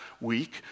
week